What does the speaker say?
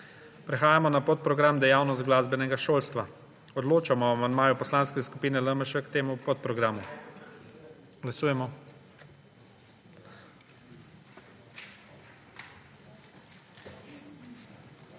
Prehajamo na podprogram Dejavnost glasbenega šolstva. Odločamo o amandmaju Poslanske skupine LMŠ k temu podprogramu. Glasujemo.